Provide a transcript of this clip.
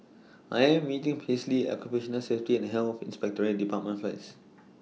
I Am meeting Paisley At Occupational Safety and Health Inspectorate department First